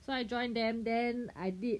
so I joined them then I did